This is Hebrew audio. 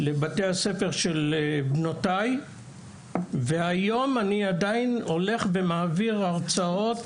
בבתי הספר של בנותיי והיום אני עדיין הולך ומעביר הרצאות